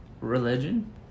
religion